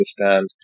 understand